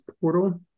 Portal